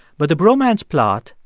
but the bromance plot,